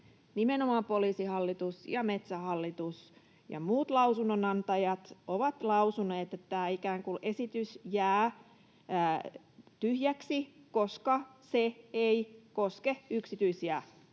nimenomaan Poliisihallitus ja Metsähallitus ja muut lausunnonantajat ovat lausuneet, että tämä esitys jää ikään kuin tyhjäksi, koska se ei koske yksityisiä